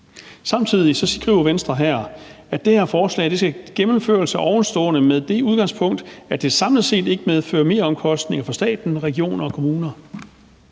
at forhandlingerne om det her forslag skal sikre en gennemførelse af ovenstående med det udgangspunkt, at det samlet set ikke medfører meromkostninger for staten, regioner eller kommuner.